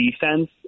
defense